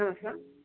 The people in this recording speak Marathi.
हो का